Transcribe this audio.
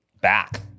back